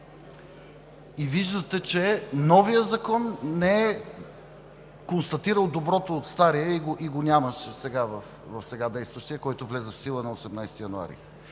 Виждате, че новият закон не е констатирал доброто от стария и го няма в сега действащия, който влезе в сила на 18 януари